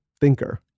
thinker